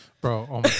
Bro